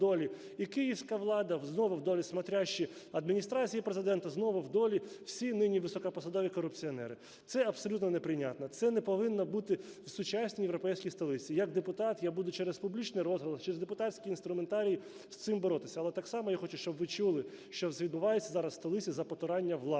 і київська влада, знову в долі "смотрящие" Адміністрації Президента, знову в долі всі нині високопосадові корупціонери. Це абсолютно неприйнятно. Це не повинно бути в сучасній європейській столиці. Як депутат я буду через публічний розголос, через депутатський інструментарій з цим боротися. Але так само я хочу, щоб ви чули, що відбувається зараз у столиці за потуранням влади.